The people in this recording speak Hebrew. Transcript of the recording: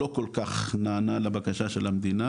לא כל כך נענה לבקשה של המדינה